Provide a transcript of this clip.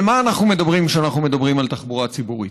על מה אנחנו מדברים כשאנחנו מדברים על התחבורה הציבורית?